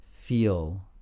feel